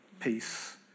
peace